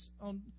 on